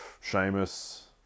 Sheamus